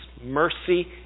mercy